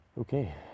Okay